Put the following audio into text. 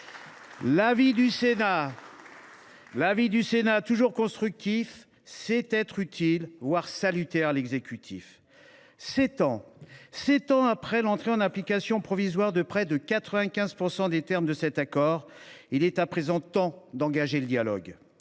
L’avis du Sénat, toujours constructif, sait être utile, voire salutaire à l’exécutif. Sept ans après l’entrée en application provisoire de près de 95 % des termes du Ceta, le temps est venu, à n’en pas douter, d’engager le dialogue,